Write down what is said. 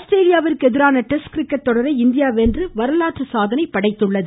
ஆஸ்திரேலியாவுக்கு எதிரான test cricket தொடரை இந்தியா வென்று வரலாற்று சாதனை படைத்துள்ளது